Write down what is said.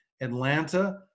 Atlanta